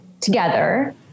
together